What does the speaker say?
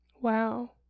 Wow